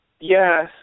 Yes